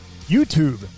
YouTube